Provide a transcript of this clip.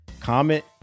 comment